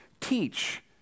teach